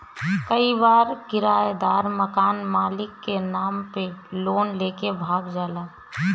कई बार किरायदार मकान मालिक के नाम पे लोन लेके भाग जाला